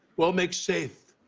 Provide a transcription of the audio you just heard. wall makes safe.